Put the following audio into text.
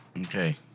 Okay